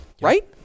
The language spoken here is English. right